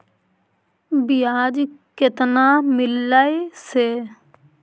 बियाज केतना मिललय से?